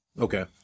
Okay